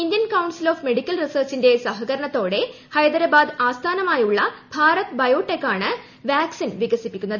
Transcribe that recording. Indian Council of Medical റിസർച്ചിന്റെ സഹകരണത്തോടെ ഹൈദരാബാദ് ആസ്ഥാനമായുള്ള ഭാരത് ബയോടെക് ആണ് വാക്സിൻ വികസിപ്പിക്കുന്നത്